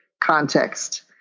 context